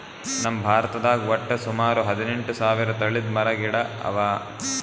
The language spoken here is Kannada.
ನಮ್ ಭಾರತದಾಗ್ ವಟ್ಟ್ ಸುಮಾರ ಹದಿನೆಂಟು ಸಾವಿರ್ ತಳಿದ್ ಮರ ಗಿಡ ಅವಾ